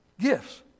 gifts